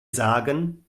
sagen